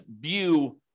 view